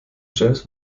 james